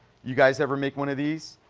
you guys ever make one of these?